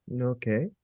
okay